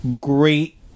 great